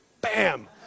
bam